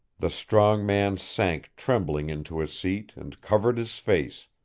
the strong man sank trembling into a seat and covered his face,